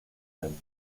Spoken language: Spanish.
men